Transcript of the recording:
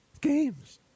Games